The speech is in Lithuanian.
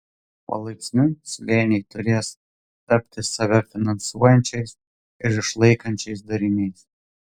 palaipsniui slėniai turės tapti save finansuojančiais ir išlaikančiais dariniais